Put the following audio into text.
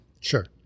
Sure